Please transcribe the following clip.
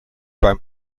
beim